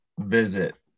visit